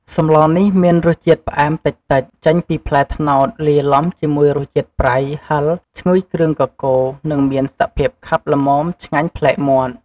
សម្លនេះមានរសជាតិផ្អែមតិចៗ ចេញពីផ្លែត្នោត លាយឡំជាមួយរសជាតិប្រៃ ហឺរ ឈ្ងុយគ្រឿងកកូរ និងមានសភាពខាប់ល្មម ឆ្ងាញ់ប្លែកមាត់។